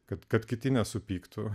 kad kad kiti nesupyktų